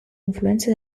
influenze